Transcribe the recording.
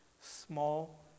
small